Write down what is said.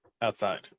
outside